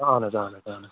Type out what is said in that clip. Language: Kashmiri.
اَہَن حظ اَہَن حظ اَہَن حظ